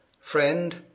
Friend